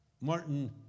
Martin